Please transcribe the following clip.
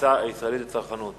המועצה לצרכנות